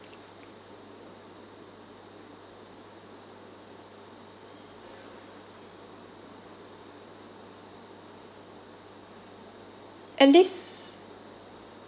at least